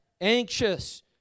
anxious